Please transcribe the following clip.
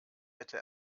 hätte